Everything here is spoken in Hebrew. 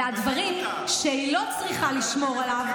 ודברים שהיא לא צריכה לשמור עליהם,